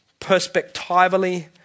perspectively